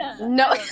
No